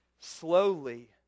Slowly